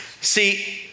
See